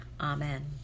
Amen